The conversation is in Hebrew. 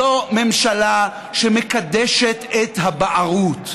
זו ממשלה שמקדשת את הבערות,